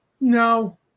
no